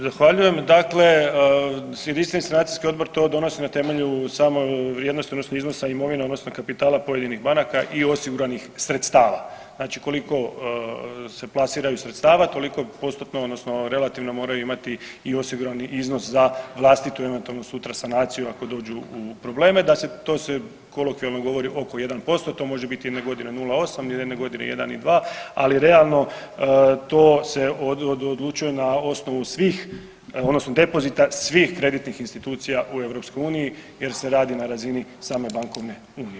Zahvaljujem dakle, Jedinstveni sanacijski odbor to donosi na temelju same vrijednosti, odnosno iznosa imovine odnosno kapitala pojedinih banaka i osiguranih sredstava, znači koliko se plasiraju sredstava, toliko postotno, odnosno relativno moraju imati i osigurani iznos za vlastitu eventualnu sanaciju ako dođu u probleme, da se, to se kolokvijalno govori oko 1%, to može biti jedne godine 0,8, jedne godine 1 i 2, ali realno, to se odlučuje na osnovu svih odnosno depozita svih kreditnih institucija u EU jer se radi na razini same bankovne unije.